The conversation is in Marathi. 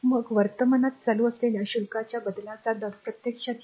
मग वर्तमानात चालू असलेल्या शुल्काच्या बदलाचा दर प्रत्यक्षात येईल